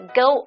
go